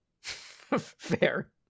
Fair